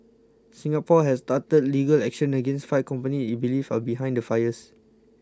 Singapore has started legal action against five companies it believes are behind the fires